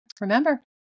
remember